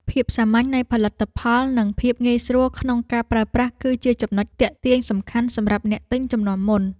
ភាពសាមញ្ញនៃផលិតផលនិងភាពងាយស្រួលក្នុងការប្រើប្រាស់ គឺជាចំណុចទាក់ទាញសំខាន់សម្រាប់អ្នកទិញជំនាន់មុន។